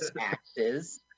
axes